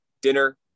dinner